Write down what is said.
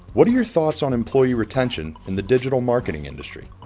what are your thoughts on employee retention in the digital marketing industry?